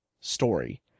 story